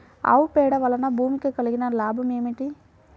ఆవు పేడ వలన భూమికి కలిగిన లాభం ఏమిటి?